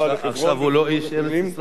עכשיו הוא לא איש ארץ-ישראל,